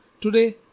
Today